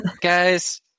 Guys